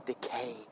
decay